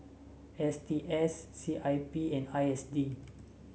S T S C I P and I S D